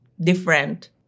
Different